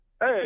Hey